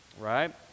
right